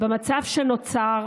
במצב שנוצר,